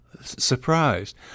surprised